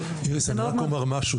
איריס, אני רק רוצה לומר משהו.